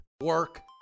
work